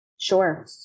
sure